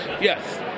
Yes